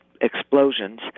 explosions